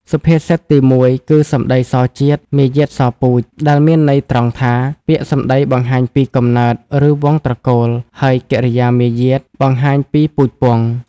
សុភាសិតទីមួយគឺ សម្តីសជាតិ មារយាទសពូជ ដែលមានន័យត្រង់ថា ពាក្យសម្ដីបង្ហាញពីកំណើត ឬវង្សត្រកូល ហើយកិរិយាមារយាទបង្ហាញពីពូជពង្ស។